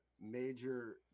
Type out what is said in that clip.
major